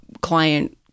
client